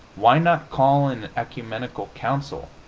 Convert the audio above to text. why not call an ecumenical council,